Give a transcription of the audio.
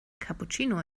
cappuccino